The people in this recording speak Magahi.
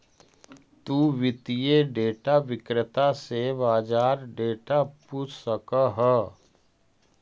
तु वित्तीय डेटा विक्रेता से बाजार डेटा पूछ सकऽ हऽ